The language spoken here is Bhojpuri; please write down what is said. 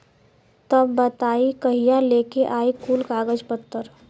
तब बताई कहिया लेके आई कुल कागज पतर?